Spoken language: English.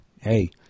hey